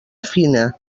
fina